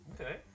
Okay